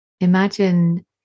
Imagine